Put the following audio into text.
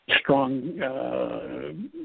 strong